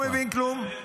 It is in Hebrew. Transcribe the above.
אני לא מבין כלום?